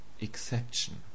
exception